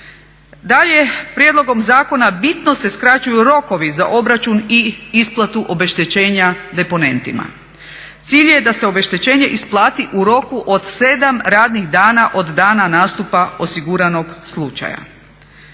Dalje, prijedlogom zakona bitno se skraćuju rokovi za obračun i isplatu obeštećenja deponentima. Cilj je da se obeštećenje isplati u roku od 7 radnih dana od dana nastupa osiguranog slučaja.